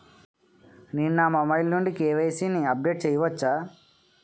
నేను నా మొబైల్ నుండి కే.వై.సీ ని అప్డేట్ చేయవచ్చా?